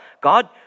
God